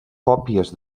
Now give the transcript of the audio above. còpies